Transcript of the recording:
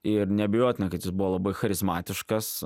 ir neabejotina kad jis buvo labai charizmatiškas